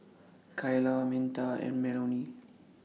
Kayla Minta and Melonie